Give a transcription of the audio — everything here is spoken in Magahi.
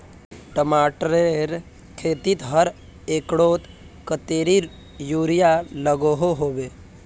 टमाटरेर खेतीत हर एकड़ोत कतेरी यूरिया लागोहो होबे?